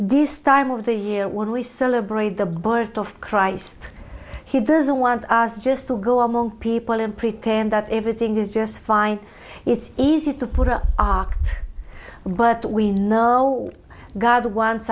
this time of the year when we celebrate the birth of christ he doesn't want us just to go among people and pretend that everything is just fine it's easy to put up our but we know god wants